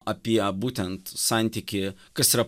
apie būtent santykį kas yra